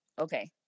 okay